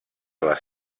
les